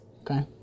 Okay